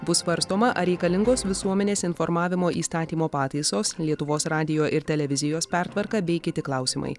bus svarstoma ar reikalingos visuomenės informavimo įstatymo pataisos lietuvos radijo ir televizijos pertvarka bei kiti klausimai